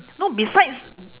no besides